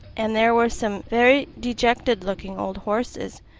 and there were some very dejected-looking old horses,